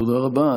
תודה רבה,